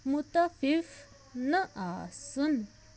مُتفِف نہٕ آسُن